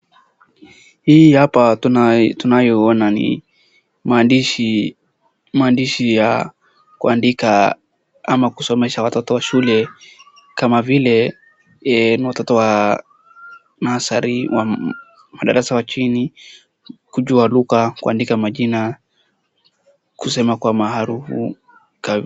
Hii hapa tunayoona ni maandishi ya kuandika ama kusomesha watoto wa shule kama vile ni watoto wa nursery na darasa la chini kujua lugha, kuandika majina, kusema kwa maarufu.